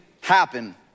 happen